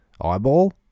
eyeball